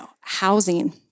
housing